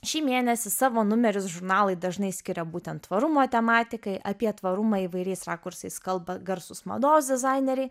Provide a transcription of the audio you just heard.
šį mėnesį savo numerius žurnalai dažnai skiria būtent tvarumo tematikai apie tvarumą įvairiais rakursais kalba garsūs mados dizaineriai